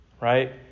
Right